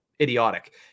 idiotic